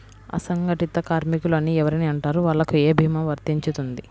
అసంగటిత కార్మికులు అని ఎవరిని అంటారు? వాళ్లకు ఏ భీమా వర్తించుతుంది?